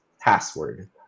password